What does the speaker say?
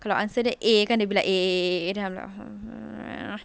kalau answer dia A they be like A A A A then I'm like